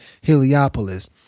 Heliopolis